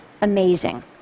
amazing